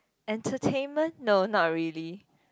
entertainment no not really